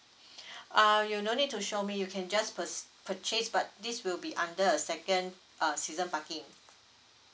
uh you no need to show me you can just purc~ purchase but this will be under a second err season parking